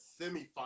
semifinal